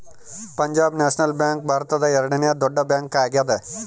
Punjab national bank ಭಾರತದ ಎರಡನೆ ದೊಡ್ಡ ಬ್ಯಾಂಕ್ ಆಗ್ಯಾದ